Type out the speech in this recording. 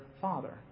father